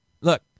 Look